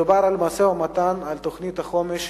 מדובר על משא-ומתן על תוכנית החומש